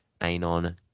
Anon